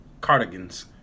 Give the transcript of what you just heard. cardigans